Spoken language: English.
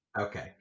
Okay